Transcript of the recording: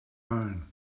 own